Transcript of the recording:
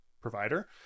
provider